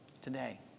today